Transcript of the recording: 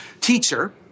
Teacher